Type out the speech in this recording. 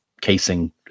casing